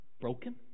broken